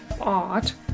art